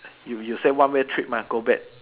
you you say on way trip mah go back